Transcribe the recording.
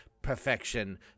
perfection